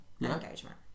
engagement